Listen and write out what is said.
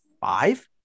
five